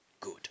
good